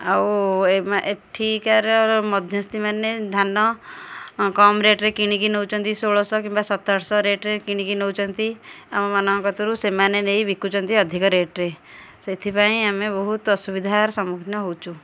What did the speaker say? ଆଉ ଏ ଏଠିକାର ମଧ୍ୟସ୍ଥି ମାନେ ଧାନ କମ୍ ରେଟ୍ରେ କିଣିକି ନେଉଛନ୍ତି ଷୋଳଶହ କିମ୍ବା ସତରଶହ ରେଟ୍ରେ କିଣିକି ନେଉଛନ୍ତି ଆମ ମାନଙ୍କ କତୁରୁ ସେମାନେ ନେଇ ବିକୁଛନ୍ତି ଅଧିକା ରେଟ୍ରେ ସେଥିପାଇଁ ଆମେ ବହୁତ୍ ଅସୁବିଧାର ସମ୍ମୁଖୀନ ହେଉଛୁ